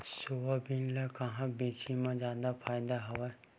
Soybean ल कहां बेचे म जादा फ़ायदा हवय?